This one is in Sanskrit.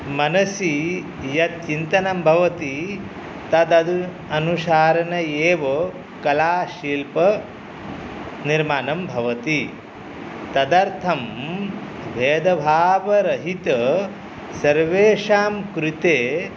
मनसि यत्चिन्तनं भवति तद् दु अनुसारेन एव कलाशिल्पनिर्माणं भवति तदर्थं भेदभावरहित सर्वेषां कृते